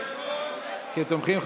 כתומכים,